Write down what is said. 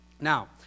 Now